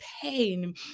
pain